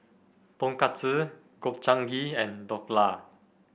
Tonkatsu Gobchang Gui and Dhokla